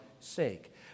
sake